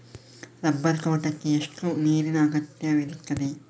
Rubber ತೋಟಕ್ಕೆ ಎಷ್ಟು ನೀರಿನ ಅಗತ್ಯ ಇರುತ್ತದೆ?